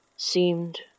seemed